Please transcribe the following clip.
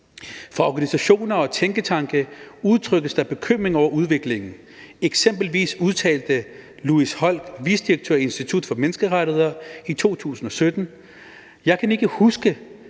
Fra organisationer og tænketanke udtrykkes der bekymring over udviklingen. Eksempelvis udtalte Louise Holck, vicedirektør i Institut for Menneskerettigheder, i 2017: